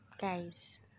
guys